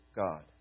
God